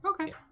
okay